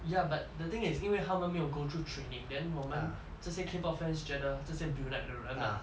ya but the thing is 因为他们没有 go through training then 我们这些 K pop fans 觉得这些 beaunite 的人 ah